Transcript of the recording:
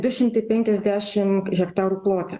du šimtai penkiasdešim hektarų plote